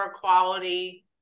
quality